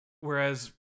whereas